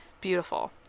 beautiful